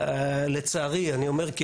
לצערי אני אומר,